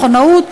מכונאות,